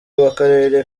w’akarere